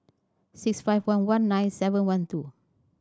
six five one one nine seven one two